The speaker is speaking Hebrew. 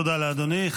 תודה לאדוני.